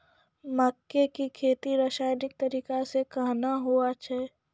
मक्के की खेती रसायनिक तरीका से कहना हुआ छ?